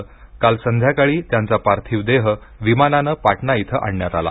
महि काल संध्याकाळी त्यांचा पार्थिव देह विमानानं पाटणा इथं आणण्यात आला